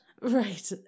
Right